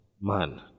Man